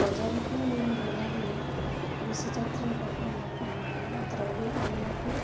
ବଜାରକୁ ଗଲାବେଳେ କୃଷି ଜାତିର ଦ୍ରବ୍ୟ ଆଣିବାକୁ